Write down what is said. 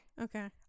Okay